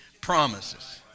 promises